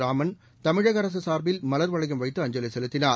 ராமன் தமிழக அரசு சார்பில் மல்வளையம் வைத்து அஞ்சலி செலுத்தினார்